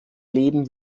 leben